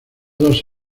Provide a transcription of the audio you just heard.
dos